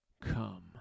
come